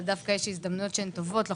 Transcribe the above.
אבל דווקא יש הזדמנויות טובות לחוסך.